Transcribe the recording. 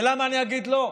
ולמה אני אגיד לא?